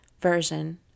version